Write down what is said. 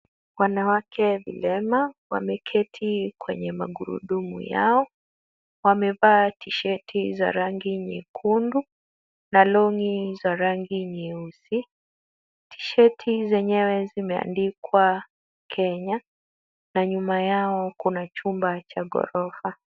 Wanawake vilema wameketi kwenye magurudumu yao. Wamevaa tisheti za rangi nyekundu na long'i za rangi nyeusi. Tisheti zenyewe zimeandikwa Kenya na nyuma yao kuna chumba cha ghorofa.